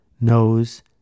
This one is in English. knows